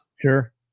sure